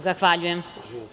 Zahvaljujem.